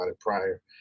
prior